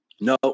No